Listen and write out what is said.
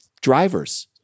drivers